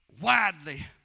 widely